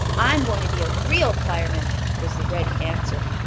i'm going to be a real fireman was the ready answer.